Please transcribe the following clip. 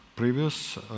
previous